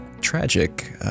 tragic